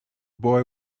boy